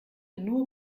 nur